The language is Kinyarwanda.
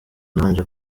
nabanje